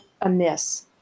amiss